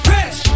Rich